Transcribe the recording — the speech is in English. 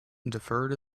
deferred